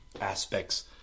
aspects